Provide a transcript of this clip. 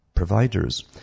providers